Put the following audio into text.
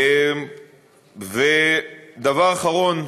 דבר אחרון,